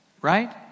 right